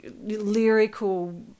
lyrical